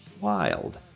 Wild